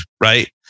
right